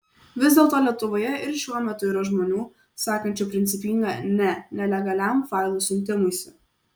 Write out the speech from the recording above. vis dėlto lietuvoje ir šiuo metu yra žmonių sakančių principingą ne nelegaliam failų siuntimuisi